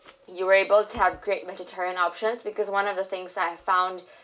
you're able to have great vegetarian options because one of the things I found